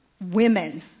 women